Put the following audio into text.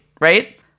right